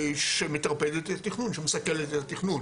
שמטרפדת את התכנון, שמסכלת את התכנון.